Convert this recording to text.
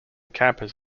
campus